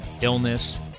illness